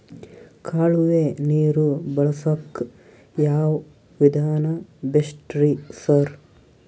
ಕಾಲುವೆ ನೀರು ಬಳಸಕ್ಕ್ ಯಾವ್ ವಿಧಾನ ಬೆಸ್ಟ್ ರಿ ಸರ್?